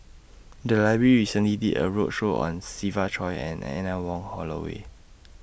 The Library recently did A roadshow on Siva Choy and Anne Wong Holloway